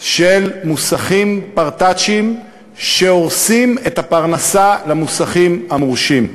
של מוסכים פרטאצ'יים שהורסים את הפרנסה למוסכים המורשים.